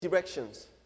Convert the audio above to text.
directions